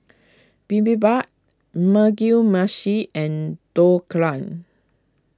Bibimbap Mugi Meshi and Dhokla